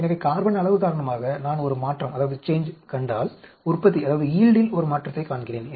எனவே கார்பன் அளவு காரணமாக நான் ஒரு மாற்றத்தைக் கண்டால் உற்பத்தியில் ஒரு மாற்றத்தைக் காண்கிறேன்